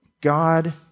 God